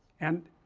and